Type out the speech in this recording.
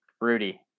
Rudy